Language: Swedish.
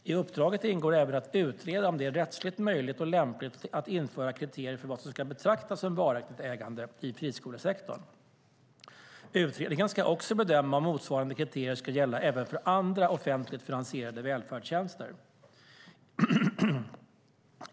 I uppdraget ingår även att utreda om det är rättsligt möjligt och lämpligt att införa kriterier för vad som ska betraktas som varaktigt ägande i friskolesektorn. Utredningen ska också bedöma om motsvarande kriterier ska gälla även för andra offentligt finansierade välfärdstjänster.